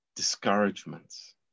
Discouragements